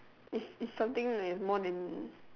is is something like is more than